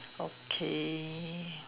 okay